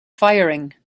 firing